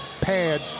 pad